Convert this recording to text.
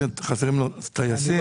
שלום, צוהריים טובים.